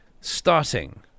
Starting